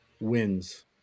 wins